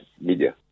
media